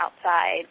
outside